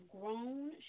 grown